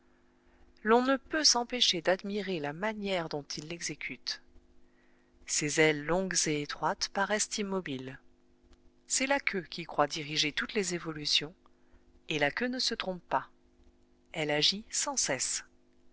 l'on ne peut s'empêcher d'admirer la manière dont il l'exécute ses ailes longues et étroites paraissent immobiles c'est la queue qui croit diriger toutes les évolutions et la queue ne se trompe pas elle agit sans cesse